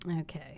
okay